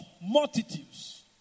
multitudes